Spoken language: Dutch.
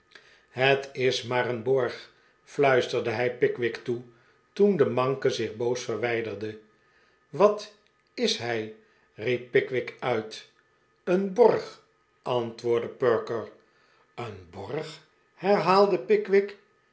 het is maar en borg fluisterde hij pickwick toe toen de manke zich boos verwijderde wat is hij riep pickwick uit een borg antwoordde perker een borg herhaalde pickwick